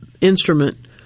instrument